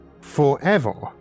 Forever